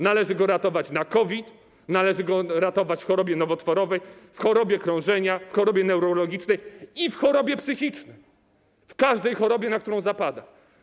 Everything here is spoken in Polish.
Należy go ratować w przypadku COVID, należy go ratować w chorobie nowotworowej, w chorobie krążenia, w chorobie neurologicznej i w chorobie psychicznej, w każdej chorobie, na którą zapada.